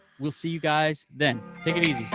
we'll see you guys then. take it easy.